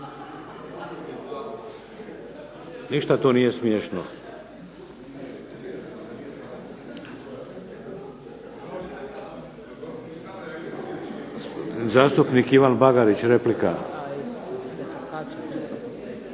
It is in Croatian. Ništa to nije smiješno! Zastupnik Ivan Bagarić, replika. **Bagarić, Ivan